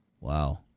Wow